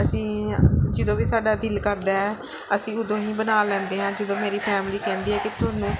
ਅਸੀਂ ਜਦੋਂ ਵੀ ਸਾਡਾ ਦਿਲ ਕਰਦਾ ਅਸੀਂ ਉਦੋਂ ਹੀ ਬਣਾ ਲੈਂਦੇ ਹਾਂ ਜਦੋਂ ਮੇਰੀ ਫੈਮਲੀ ਕਹਿੰਦੀ ਹੈ ਕਿ ਤੁਹਾਨੂੰ